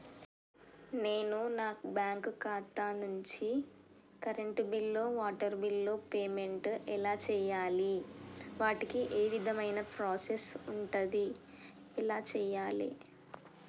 నేను నా బ్యాంకు ఖాతా నుంచి కరెంట్ బిల్లో వాటర్ బిల్లో పేమెంట్ ఎలా చేయాలి? వాటికి ఏ విధమైన ప్రాసెస్ ఉంటది? ఎలా చేయాలే?